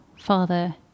father